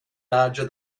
larger